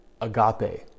agape